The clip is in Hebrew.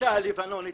הקליטה הלבנונית,